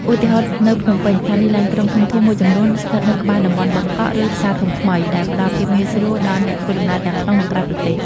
ឧទាហរណ៍ នៅភ្នំពេញ ស្ថានីយ៍ឡានក្រុងធំៗមួយចំនួនស្ថិតនៅក្បែរតំបន់បឹងកក់ ឬផ្សារធំថ្មី ដែលផ្តល់ភាពងាយស្រួលដល់អ្នកដំណើរទាំងក្នុង និងក្រៅប្រទេស។